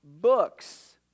books